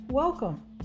Welcome